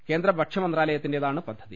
കേന്ദ്രഭക്ഷ്യ മന്ത്രാല യത്തിന്റേതാണ് പദ്ധതി